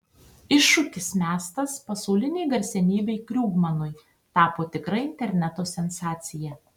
iššūkis mestas pasaulinei garsenybei krugmanui tapo tikra interneto sensacija